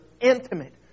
intimate